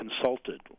consulted